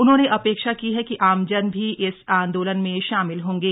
उन्होंने अपेक्षा की है कि आमजन भी इस आंदोलन में शामिल होंगे